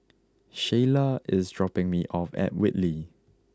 Sheyla is dropping me off at Whitley